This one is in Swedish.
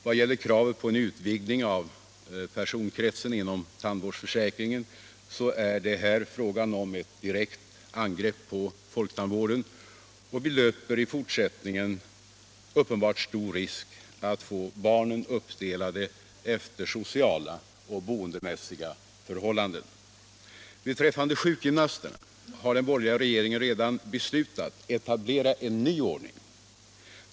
Vad beträffar kravet på en utvidgning av personkretsen inom tandvårdsförsäkringen är det här fråga om ett direkt angrepp på folktandvården, och vi löper i fortsättningen uppenbart stor risk att få barnen uppdelade efter sociala och boendemässiga förhållanden. Beträffande sjukgymnasterna har den borgerliga regeringen redan beslutat etablera en ny ordning.